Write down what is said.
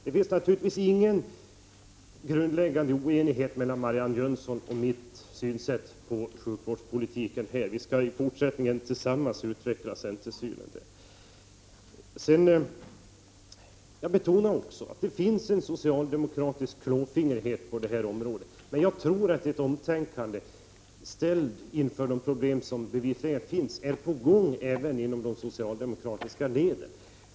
Det finns naturligtvis ingen grundläggande oenighet mellan Marianne Jönsson och mig i vår syn på sjukvårdspolitiken. Vi skall i fortsättningen tillsammans utveckla centerpartiets syn i den frågan. Jag betonar också att det finns en socialdemokratisk klåfingrighet på detta område. Jag tror att ett omtänkande inom de socialdemokratiska leden är på gång när man nu är ställd inför de problem som finns.